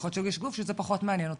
יכול להיות שיש גוף שזה פחות מעניין אותו,